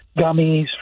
gummies